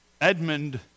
Edmund